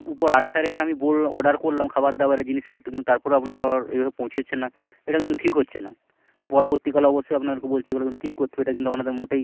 উপর আস্থা রেখে আমি বললাম অর্ডার করলাম খাবার দাবারের জিনিসপত্র কিন্তু তারপরেও আপনারা আবার এইভাবে পৌঁছচ্ছেন না এটা কিন্তু ঠিক হচ্ছে না তো পরবর্তীকালে অবশ্যই আপনাদেরকে বলছি এটা কিন্তু ঠিক করতে হবে এটা কিন্তু আপনাদের মোটেই